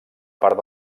part